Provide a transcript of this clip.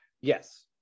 yes